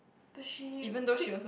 but she quit